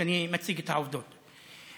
כשאני מציג את העובדות,